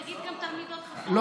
תגיד גם "תלמידות חכמות".